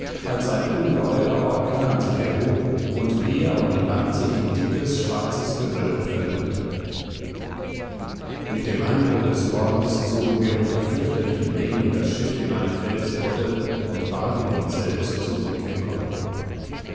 als ein ungeheurer orkan sich erhob und meer und land sich in dickes schwarzes gewölk verhüllte mit dem anbruch des morgens zogen wir unter fürchterlichem regen das schiff in eine felsgrotte und bargen uns selbst so gut wir konnten